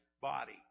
body